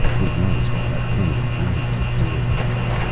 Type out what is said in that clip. we might as well have plenty of light to do it by.